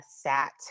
sat